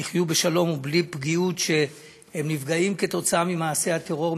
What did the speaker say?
יחיו בשלום ובלי פגיעות שהם נפגעים כתוצאה ממעשי הטרור,